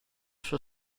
sua